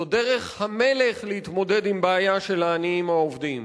זו דרך המלך להתמודד עם הבעיה של העניים העובדים.